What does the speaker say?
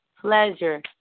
pleasure